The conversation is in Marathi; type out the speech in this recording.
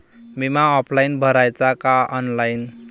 बिमा ऑफलाईन भराचा का ऑनलाईन?